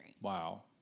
Wow